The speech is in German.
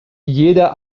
jeder